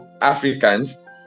Africans